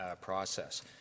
process